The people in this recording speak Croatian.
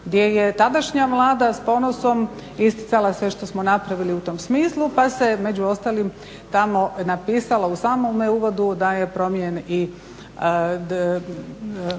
gdje je tadašnja Vlada s ponosom isticala sve što smo napravili u tom smislu pa se među ostalim tamo napisalo u samome uvodu da je promijenjen